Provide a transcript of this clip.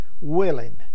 willing